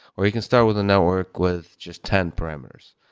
or you can start with a network with just ten parameters.